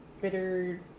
bitter